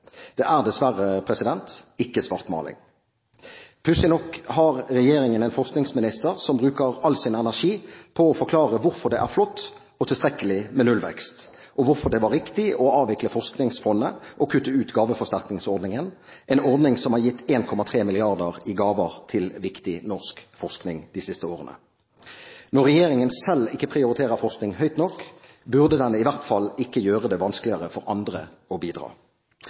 Det er, dessverre, ikke svartmaling. Pussig nok har regjeringen en forskningsminister som bruker all sin energi på å forklare hvorfor det er flott og tilstrekkelig med nullvekst, og hvorfor det var riktig å avvikle Forskningsfondet og kutte ut gaveforsterkningsordningen – en ordning som har gitt 1,3 mrd. kr i gaver til viktig norsk forskning de siste årene. Når regjeringen selv ikke prioriterer forskning høyt nok, burde den i hvert fall ikke gjøre det vanskeligere for andre å bidra.